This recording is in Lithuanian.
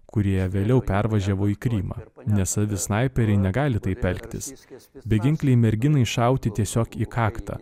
kurie vėliau pervažiavo į krymą ir nesavi snaiperiai negali taip elgtis viskas beginklei merginai šauti tiesiog į kaktą